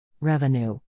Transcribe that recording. Revenue